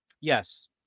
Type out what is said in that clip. yes